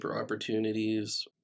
opportunities